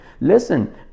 listen